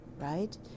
right